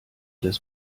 des